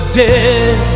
dead